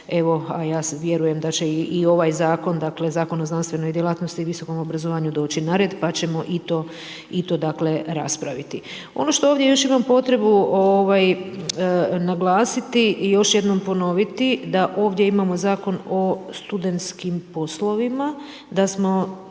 a ja vjerujem da će i ovaj zakon dakle Zakon o znanstvenoj djelatnosti i visokom obrazovanju doći na red, pa ćemo i to raspraviti. Ono što ovdje još imam potrebu naglasiti i još jednom ponoviti, da ovdje imamo Zakon o studentskim poslovima, da smo